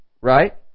right